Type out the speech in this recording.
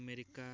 America